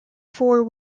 four